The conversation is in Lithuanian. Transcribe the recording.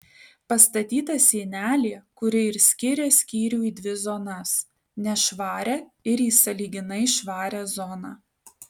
pastatyta sienelė kuri ir skiria skyrių į dvi zonas nešvarią ir į sąlyginai švarią zoną